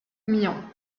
myans